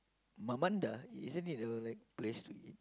Mamanda isn't it a like place to eat